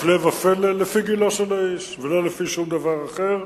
הפלא ופלא, לפי גילו של האיש ולא לפי שום דבר אחר.